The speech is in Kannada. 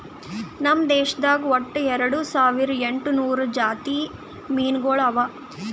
ನಮ್ ದೇಶದಾಗ್ ಒಟ್ಟ ಎರಡು ಸಾವಿರ ಎಂಟು ನೂರು ಜಾತಿ ಮೀನುಗೊಳ್ ಅವಾ